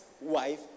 wife